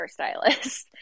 hairstylist